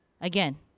Again